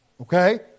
Okay